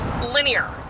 linear